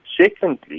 Secondly